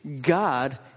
God